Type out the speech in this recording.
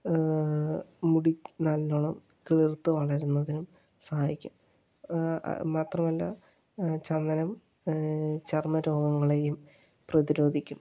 മുടി നല്ലോണം കിളിർത്ത് വളരുന്നതിനും സഹായിക്കും മാത്രമല്ല ചന്ദനം ചർമ്മ രോഗങ്ങളെയും പ്രതിരോധിക്കും